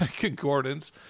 Concordance